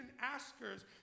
askers